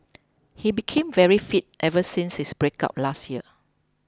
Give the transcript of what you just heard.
he became very fit ever since his breakup last year